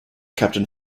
captain